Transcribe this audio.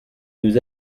nous